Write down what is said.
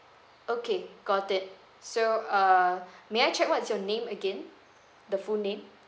okay got it so err may I check what is your name again the full name